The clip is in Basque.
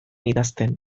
idazten